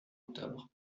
octobre